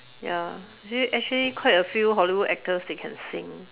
ya actually actually quite a few Hollywood actors they can sing